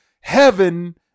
heaven